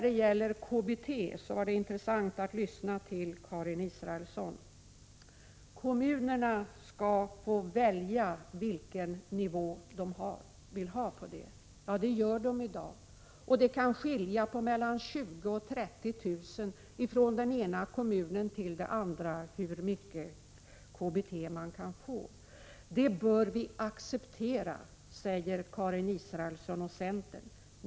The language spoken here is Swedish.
Det var intressant att lyssna till vad Karin Israelsson sade om KBT -— att kommunerna skall få välja vilken nivå de vill ha. Ja, det gör de i dag, och det kan skilja 20 000-30 000 kr. från den ena kommunen till den andra när det gäller hur mycket KBT man kan få. Det bör vi acceptera, säger Karin Israelsson och centern.